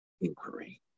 inquiry